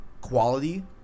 quality